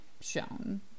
shown